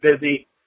busy